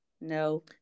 no